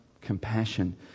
compassion